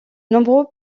nombreux